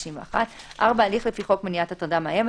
התשנ"א-1991 ; (4) הליך לפי חוק מניעת הטרדה מאיימת,